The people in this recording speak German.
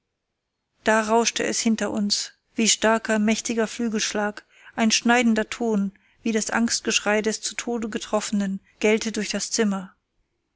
da rauschte es hinter uns wie starker mächtiger flügelschlag ein schneidender ton wie das angstgeschrei des zum tode getroffenen gellte durch das zimmer